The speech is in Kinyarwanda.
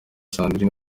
sandrine